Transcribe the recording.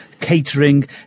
catering